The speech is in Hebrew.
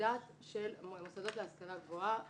במנדט של המוסדות להשכלה גבוהה